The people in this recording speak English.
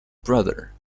brother